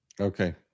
Okay